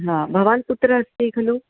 हा भवान् कुत्र अस्ति खलु